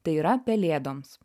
tai yra pelėdoms